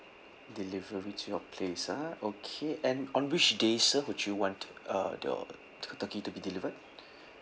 delivery to your place ah okay and on which day sir would you want uh your t~ turkey to be delivered